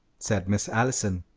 said miss allison,